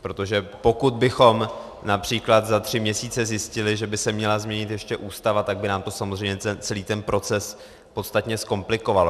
Protože pokud bychom například za tři měsíce zjistili, že by se měla změnit ještě Ústava, tak by nám to samozřejmě celý proces podstatně zkomplikovalo.